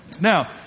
Now